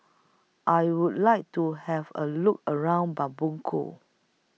I Would like to Have A Look around Bamako